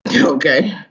Okay